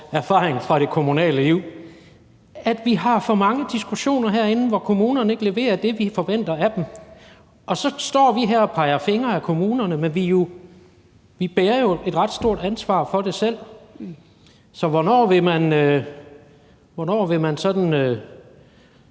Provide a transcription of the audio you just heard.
erfaringer fra det kommunale liv – har for mange diskussioner herinde om, at kommunerne ikke leverer det, vi forventer af dem. Og så står vi her og peger fingre af kommunerne, men vi bærer jo selv et ret stort ansvar for det. Så hvornår vil man gøre